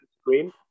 screen